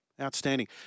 Outstanding